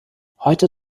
heute